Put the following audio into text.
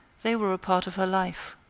they were a part of her life.